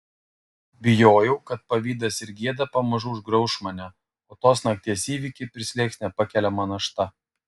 bijojau kad pavydas ir gėda pamažu užgrauš mane o tos nakties įvykiai prislėgs nepakeliama našta